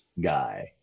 guy